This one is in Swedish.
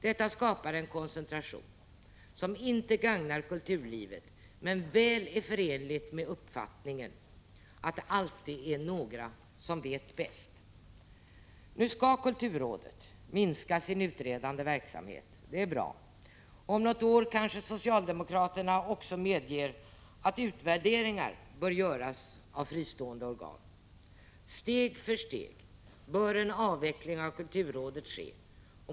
Detta skapar en koncentration som inte gagnar kulturlivet men väl är förenlig med uppfattningen att det alltid är några som vet bäst. Nu skall kulturrådet minska sin utredande verksamhet — det är bra — och om något år kanske socialdemokraterna också medger att utvärderingar bör göras av fristående organ. Steg för steg bör en avveckling av kulturrådet ske.